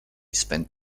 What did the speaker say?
spent